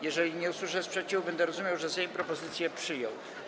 Jeżeli nie usłyszę sprzeciwu, będę rozumiał, że Sejm propozycję przyjął.